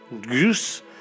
Goose